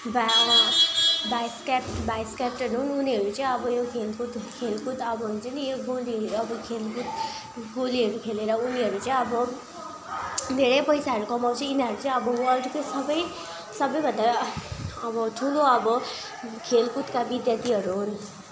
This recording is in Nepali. भाइस क्याप्टन भाइस क्याप्टन हुन् उनीहरू चाहिँ अब खेलकुद खेलकुद अब हुन्छ नि यो गोली अब खेलकुद गोलीहरू खेलेर उनीहरू चाहिँ अब धेरै पैसाहरू कमाउँछ यिनीहरू चाहिँ अब वर्ल्डमा चाहिँ सबै सबैभन्दा अब ठुलो अब खेलकुदका विद्यार्थीहरू हुन्